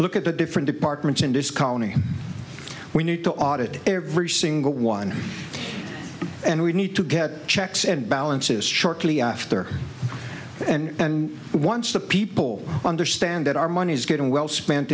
look at the different departments in this county we need to audit every single one and we need to get checks and balances shortly after and once the people understand that our money is getting well spent